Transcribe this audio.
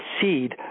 seed